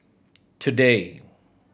today